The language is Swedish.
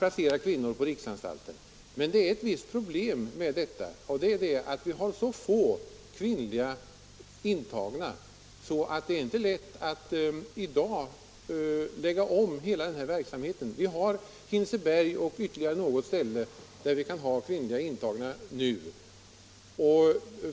Men det finns eu visst problem med detta, och det är att vi har så få kvinnliga intagna att det i dag inte är lätt att lägga om hela verksamheten. Vi har nu Hinseberg och ytterligare något ställe för kvinnliga intagna.